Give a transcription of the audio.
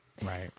Right